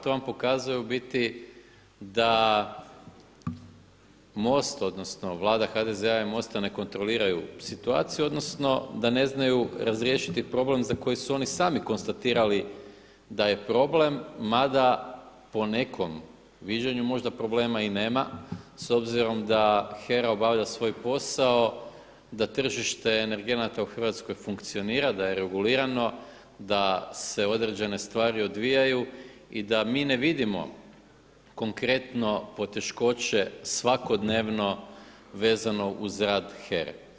To vam pokazuje u biti da MOST odnosno Vlada HDZ-a i MOST-a ne kontroliraju situaciju, odnosno da ne znaju razriješiti problem za koji su oni sami konstatirali da je problem, mada po nekom viđenju možda problema i nema s obzirom da HERA obavlja svoj posao, da tržište energenata u Hrvatskoj funkcionira, da je regulirano, da se određene stvari odvijaju i da mi ne vidimo konkretno poteškoće svakodnevno vezano uz rad HERA-e.